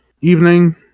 Evening